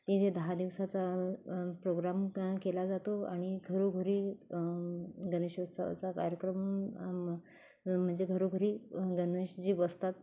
ती दहा दिवसाचा प्रोग्राम केला जातो आणि घरोघरी गणेशोत्सवचा कार्यक्रम म्हणजे घरोघरी गणेश जी बसतात